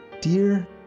Dear